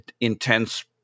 Intense